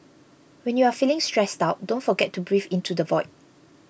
when you are feeling stressed out don't forget to breathe into the void